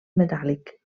metàl·lic